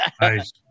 Nice